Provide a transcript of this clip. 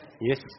Yes